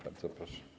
Bardzo proszę.